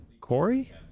Corey